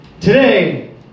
Today